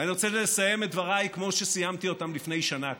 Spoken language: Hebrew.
ואני רוצה לסיים את דבריי כמו שסיימתי אותם לפני שנה.